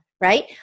right